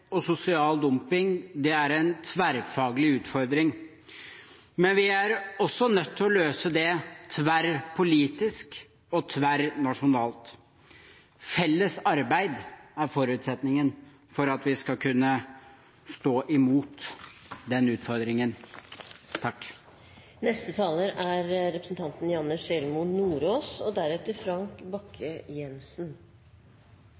og sosial dumping er en tverrfaglig utfordring. Men vi er også nødt til å løse det tverrpolitisk og tverrnasjonalt. Felles arbeid er forutsetningen for at vi skal kunne stå imot den utfordringen. Transportnæringen er en av de bransjene som er